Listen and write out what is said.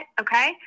okay